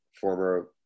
former